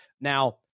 now